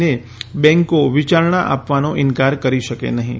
ને બેન્કો વિચારણા આપવાનો ઇન્કાર કરી શકે નહીં